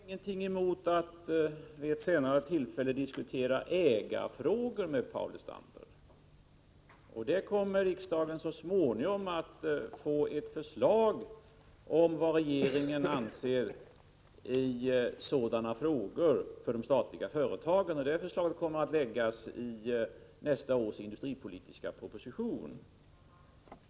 Herr talman! Jag har inget emot att vid ett senare tillfälle diskutera ägarfrågorna med Paul Lestander. Riksdagen kommer så småningom att få ett förslag om vad regeringen anser i sådana frågor beträffande de statliga företagen. Det förslaget kommer att läggas i nästa års industripolitiska proposition.